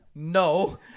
No